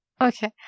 Okay